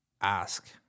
ask